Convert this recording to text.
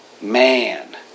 Man